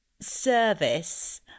service